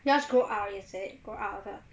yours grow out is it grow upward